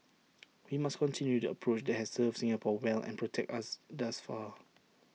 we must continue the approach that has served Singapore well and protected us thus far